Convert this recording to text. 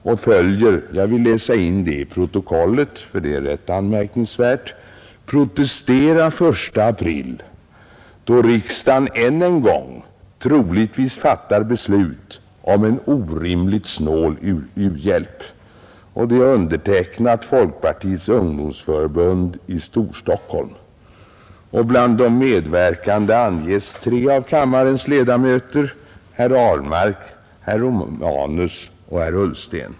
Det som följer vill jag läsa in i protokollet, för det är rätt anmärkningsvärt: ”Protestera 1 april, då riksdagen än en gång troligtvis fattar beslut om en orimligt snål u-hjälp.” Flygbladet är undertecknat av folkpartiets ungdomsförbund i Storstockholm, och bland de medverkande anges tre av kammarens ledamöter, herrar Ahlmark, Romanus och Ullsten.